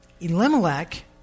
Elimelech